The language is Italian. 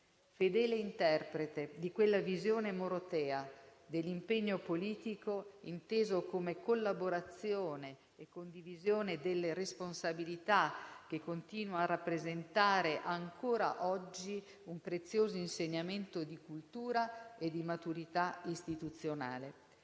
fedele interprete di quella visione morotea dell'impegno politico inteso come collaborazione e condivisione delle responsabilità, che continua a rappresentare ancora oggi un prezioso insegnamento di cultura e di maturità istituzionale,